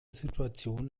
situation